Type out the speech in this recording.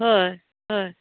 হয় হয়